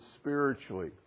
spiritually